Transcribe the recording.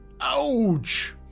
Ouch